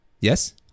Yes